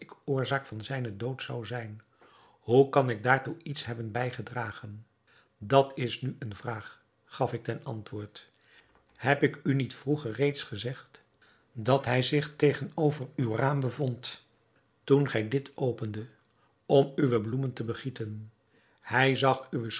oorzaak van zijnen dood zou zijn hoe kan ik daartoe iets hebben bijgedragen dat is nu een vraag gaf ik ten antwoord heb ik u niet vroeger reeds gezegd dat hij zich tegenover uw raam bevond toen gij dit opendet om uwe bloemen te begieten hij zag uwe